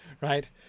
right